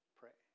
pray